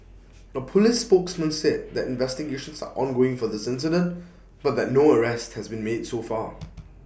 A Police spokesman said that investigations are ongoing for this incident but that no arrests had been made so far